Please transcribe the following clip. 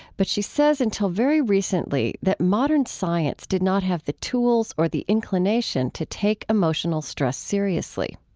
but she says until very recently, that modern science did not have the tools or the inclination to take emotional stress seriously.